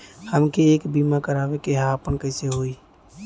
हमके एक बीमा करावे के ह आपन कईसे होई?